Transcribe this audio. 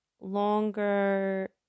longer